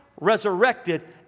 resurrected